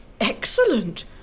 Excellent